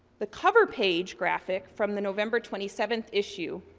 the cover page graphic from the november twenty seven issue,